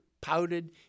pouted